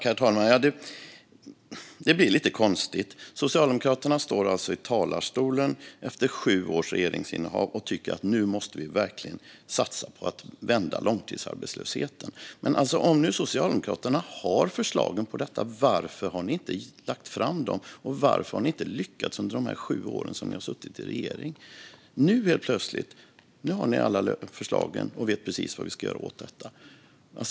Herr talman! Detta blir lite konstigt. Socialdemokraterna står alltså i talarstolen efter sju års regeringsinnehav och tycker att vi nu verkligen måste satsa på att vända långtidsarbetslösheten. Om Socialdemokraterna har förslagen på detta, varför har ni då inte lagt fram dem, och varför har ni inte lyckats under de sju år som ni har suttit i regeringsställning? Nu helt plötsligt har ni alla förslag och vet precis vad som ska göras åt detta.